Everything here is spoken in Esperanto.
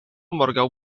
morgaŭ